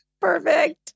Perfect